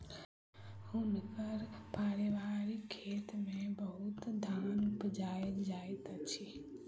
हुनकर पारिवारिक खेत में बहुत धान उपजायल जाइत अछि